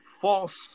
false